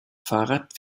fahrrad